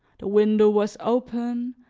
the window was open,